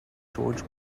george